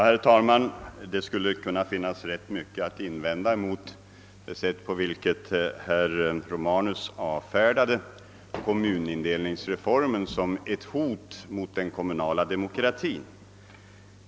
Herr talman! Det skulle kunna finnas rätt mycket att invända mot det sätt på vilket herr Romanus avfärdade kommunindelningsreformen som ett hot mot den kommunala demokratin.